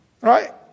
right